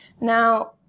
Now